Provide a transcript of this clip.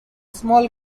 small